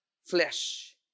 Flesh